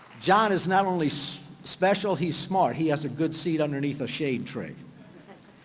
john is not only special, he's smart. he has a good seat underneath a shade tree.